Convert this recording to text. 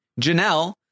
Janelle